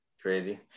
crazy